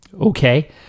Okay